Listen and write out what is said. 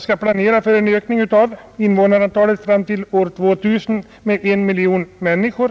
skall planeras för en ökning av invånarantalet fram till år 2000 med 1 miljon människor.